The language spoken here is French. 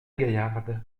gaillarde